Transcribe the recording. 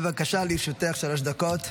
בבקשה, לרשותך שלוש דקות.